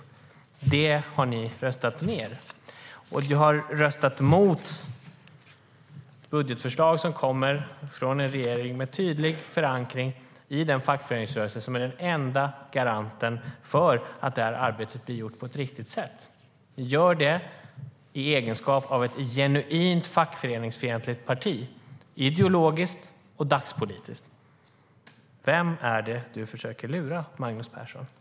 Det har ni röstat ned. Vem är det du försöker lura, Magnus Persson?